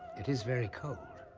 it is very cold.